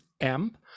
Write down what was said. amp